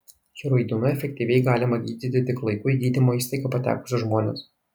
hirudinu efektyviai galima gydyti tik laiku į gydymo įstaigą patekusius žmones